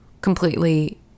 completely